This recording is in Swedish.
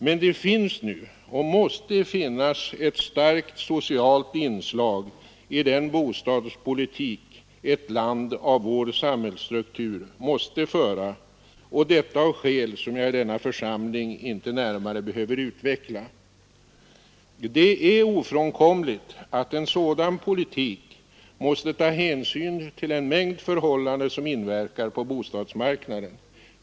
Men det finns nu och måste finnas ett starkt socialt inslag i den bostadspolitik ett land med vår samhällsstruktur måste föra och detta av skäl, som jag i denna församling inte närmare behöver utveckla. Det är ofrånkomligt att en sådan politik måste ta hänsyn till en mängd förhållanden som inverkar på bostadsmarknaden.